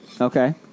Okay